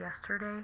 yesterday